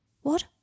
What